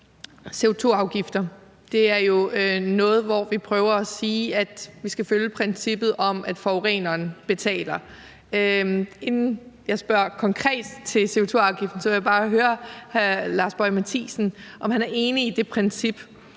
CO2-afgifter. Her prøver vi jo at sige, at vi skal følge princippet om, at forureneren betaler. Inden jeg spørger konkret til CO2-afgiften, vil jeg bare høre hr. Lars Boje Mathiesen, om han er enig i det princip,